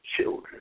children